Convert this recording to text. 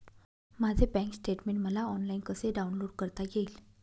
माझे bank statement मला online कसे डाउनलोड करता येईल?